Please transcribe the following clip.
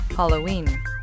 Halloween